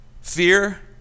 fear